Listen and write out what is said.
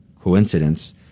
coincidence